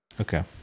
Okay